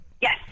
Yes